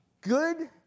good